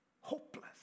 Hopeless